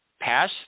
Pass